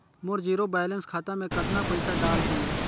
मोर zero balance खाता मे कतना पइसा डाल हूं?